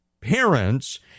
parents